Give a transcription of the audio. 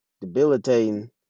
debilitating